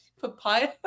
papaya